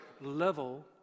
level